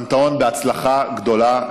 פנתהון, בהצלחה גדולה.